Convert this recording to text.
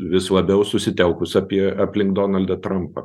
vis labiau susitelkus apie aplink donaldą trampą